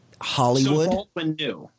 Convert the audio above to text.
Hollywood